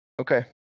Okay